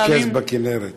עדיף להתרכז בכינרת.